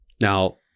Now